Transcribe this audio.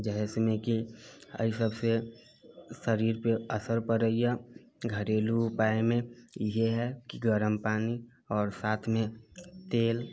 जे है सनी के एहि सबसे शरीर पे असर परयैया घरेलू उपाय मे इहे है की गरम पानी आओर साथ मे तेल